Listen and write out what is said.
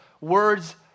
words